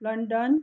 London